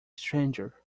stranger